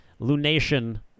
Lunation